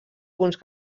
punts